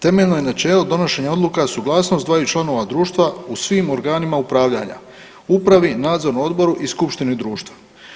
Temeljno je načelo donošenja odluka suglasnost dvaju članova društva u svim organima upravljanja – Upravi, Nadzornom odboru i Skupštini društva.